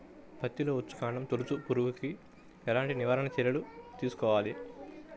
పత్తిలో వచ్చుకాండం తొలుచు పురుగుకి ఎలాంటి నివారణ చర్యలు తీసుకోవాలి?